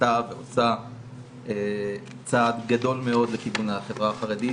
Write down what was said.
עשתה ועושה צעד גדול מאוד לכיוון החברה החרדית,